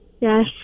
Yes